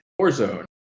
Warzone